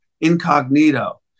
incognito